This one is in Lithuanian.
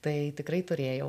tai tikrai turėjau